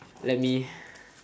let me